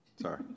Sorry